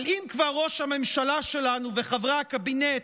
אבל אם כבר ראש הממשלה שלנו וחברי הקבינט